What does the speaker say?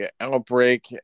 outbreak